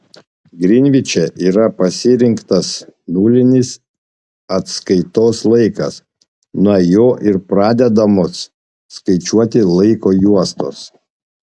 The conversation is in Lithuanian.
grinviče yra pasirinktas nulinis atskaitos laikas nuo jo ir pradedamos skaičiuoti laiko juostos